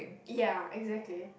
ya exactly